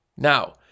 Now